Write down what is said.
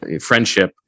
friendship